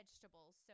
vegetables